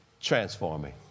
transforming